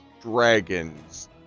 dragons